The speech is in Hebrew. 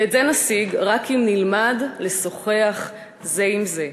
ואת זה נשיג רק אם נלמד לשוחח זה עם זה,